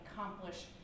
accomplish